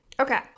Okay